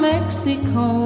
Mexico